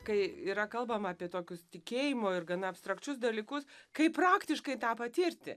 kai yra kalbama apie tokius tikėjimo ir gana abstrakčius dalykus kaip praktiškai tą patirti